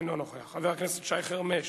אינו נוכח, חבר הכנסת שי חרמש,